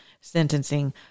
sentencing